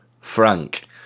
Frank